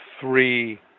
three